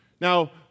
Now